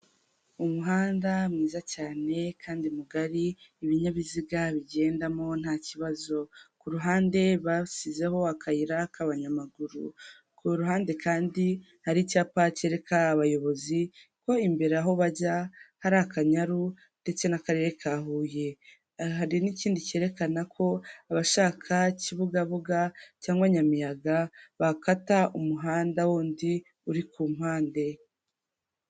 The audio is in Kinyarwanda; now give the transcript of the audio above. Umuhanda mwiza cyane kandi mugari ibinyabiziga bigendamo nta kibazo. Ku ruhande basizeho akayira k'abanyamaguru. Ku ruhande kandi hari icyapa cyereka abayobozi ko imbere aho bajya hari Akanyaru ndetse n'akarere ka Huye. Hari n'ikindi kerekana ko abashaka Kibugabuga cyangwa Nyamiyaga, bakata umuhanda wundi uri ku mpande.